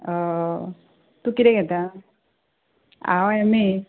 हय तूं कितें घेता हांव एम ए